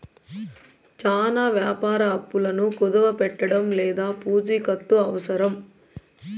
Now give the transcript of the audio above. చానా వ్యాపార అప్పులను కుదవపెట్టడం లేదా పూచికత్తు అవసరం